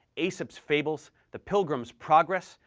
aesop's fables, the pilgrim's progress,